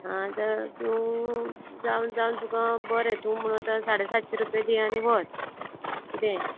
आतां तूं जावन जावन तुका बरें तूं म्हणून साडे सातशे रुपया दी आनी व्हर किदें